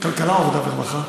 כלכלה או העבודה והרווחה?